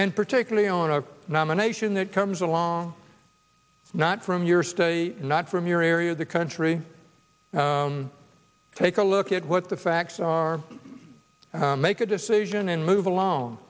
and particularly on a nomination that comes along not from your study not from your area of the country take a look at what the facts are make a decision and move alon